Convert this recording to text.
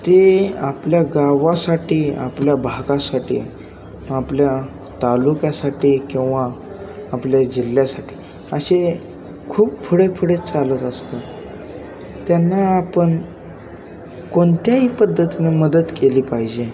ते आपल्या गावासाठी आपल्या भागासाठी आपल्या तालुक्यासाठी किंवा आपल्या जिल्ह्यासाठी असे खूप पुढे पुढे चालत असतात त्यांना आपण कोणत्याही पद्धतीने मदत केली पाहिजे